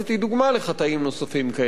היא דוגמה לחטאים נוספים כאלה.